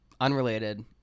Unrelated